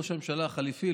ראש הממשלה החליפי,